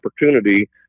opportunity